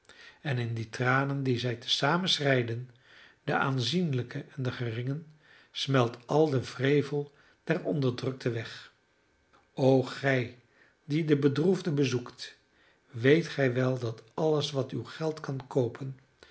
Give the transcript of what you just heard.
en in die tranen die zij te zamen schreiden de aanzienlijke en de geringen smelt al de wrevel der onderdrukten weg o gij die de bedroefden bezoekt weet gij wel dat alles wat uw geld kan koopen